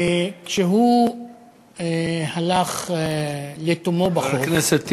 וכשהוא הלך לתומו ברחוב, חבר הכנסת טיבי,